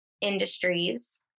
industries